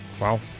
Wow